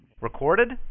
Recorded